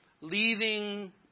Leaving